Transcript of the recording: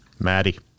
Maddie